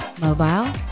mobile